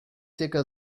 zirka